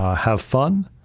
have fun,